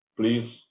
Please